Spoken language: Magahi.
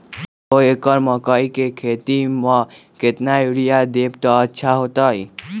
दो एकड़ मकई के खेती म केतना यूरिया देब त अच्छा होतई?